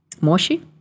Moshi